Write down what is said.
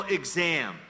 exam